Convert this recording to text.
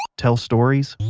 tell stories,